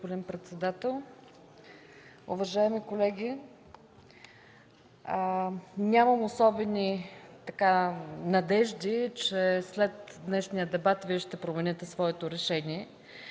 господин председател. Уважаеми колеги, нямам особени надежди, че след днешния дебат Вие ще промените своето решение,